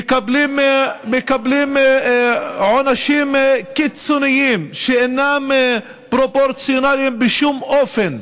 מקבלים עונשים קיצוניים שאינם פרופורציונליים בשום אופן,